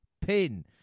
pin